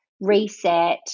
reset